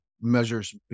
measures